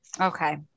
okay